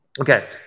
Okay